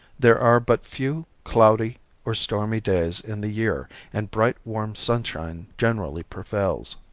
there are but few cloudy or stormy days in the year and bright, warm sunshine generally prevails.